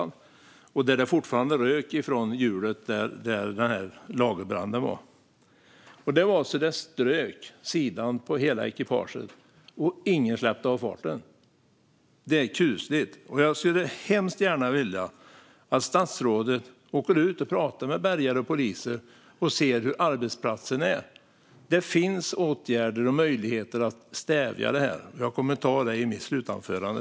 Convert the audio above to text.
Det rykte fortfarande från hjulet med lagerbranden. Fordon strök utmed sidan på hela ekipaget, och ingen släppte på farten. Det är kusligt. Jag skulle vilja att statsrådet åker ut och pratar med bärgare och poliser och ser på arbetsplatserna. Det finns åtgärder att vidta och därmed möjligheter att stävja problemen, och jag kommer att ta upp dem i mitt slutanförande.